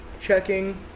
checking